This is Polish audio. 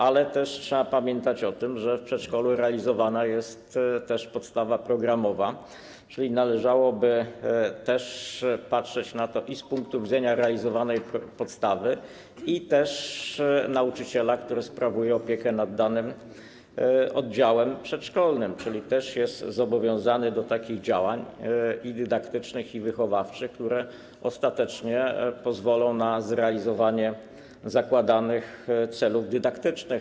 Ale trzeba pamiętać o tym, że w przedszkolu realizowana jest również podstawa programowa, czyli należałoby też patrzeć na to z punktu widzenia i realizowanej podstawy, i nauczyciela, który sprawuje opiekę nad danym oddziałem przedszkolnym, czyli jest zobowiązany do takich działań dydaktycznych i wychowawczych, które ostatecznie pozwolą na zrealizowanie zakładanych celów dydaktycznych.